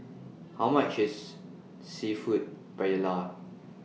How much IS Seafood Paella